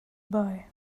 buy